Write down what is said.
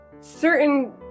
certain